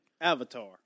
Avatar